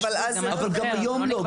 גם היום לא.